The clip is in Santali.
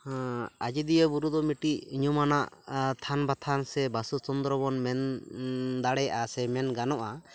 ᱟᱡᱳᱫᱤᱭᱟᱹ ᱵᱩᱨᱩᱫᱚ ᱢᱤᱫᱴᱤᱡ ᱧᱩᱢᱼᱟᱱᱟᱜ ᱛᱷᱟᱱ ᱵᱟᱛᱷᱟᱱ ᱥᱮ ᱵᱟᱥᱚ ᱥᱩᱱᱫᱚᱨᱵᱚᱱ ᱢᱮᱱ ᱫᱟᱲᱮᱭᱟᱜᱼᱟ ᱥᱮ ᱢᱮᱱ ᱜᱟᱱᱚᱜᱼᱟ